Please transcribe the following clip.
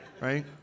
right